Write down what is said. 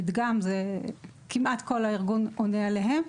מדגם; כמעט כל הארגון עונה עליהם.